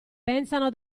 pensano